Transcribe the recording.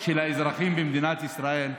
של האזרחים במדינת ישראל,